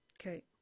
Okay